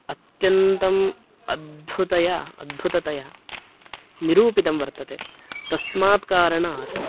अत्यन्तम् अद्भुततया अद्भुततया निरूपितं वर्तते तस्मात् कारणात्